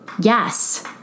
Yes